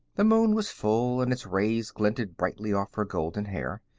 the moon was full, and its rays glinted brightly off her golden hair.